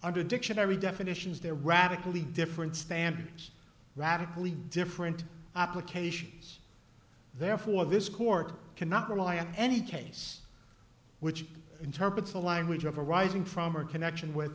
under dictionary definitions there radically different standards radically different applications therefore this court cannot rely on any case which interprets the language of arising from or connection with